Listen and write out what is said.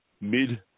mid